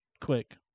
quick